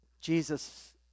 Jesus